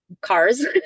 cars